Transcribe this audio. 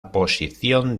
posición